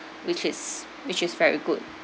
which is which is very good